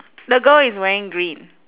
the girl is wearing green